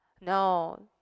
No